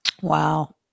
Wow